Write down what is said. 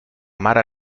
mare